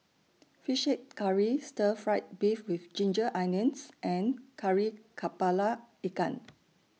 Fish Head Curry Stir Fry Beef with Ginger Onions and Kari Kepala Ikan